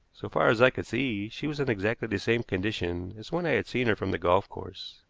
so far as i could see, she was in exactly the same condition as when i had seen her from the golf course.